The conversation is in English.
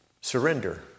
Surrender